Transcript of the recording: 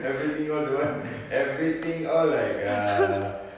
everything all don't want everything all like err